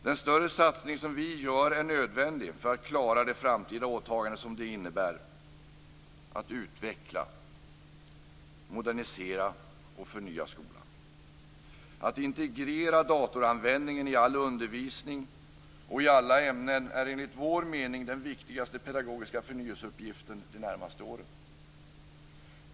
Den större satsning som vi gör är nödvändig för att klara det framtida åtagande som det innebär att utveckla, modernisera och förnya skolan. Att integrera datoranvändningen i all undervisning och i alla ämnen är enligt vår mening den viktigaste pedagogiska förnyelseuppgiften de närmaste åren.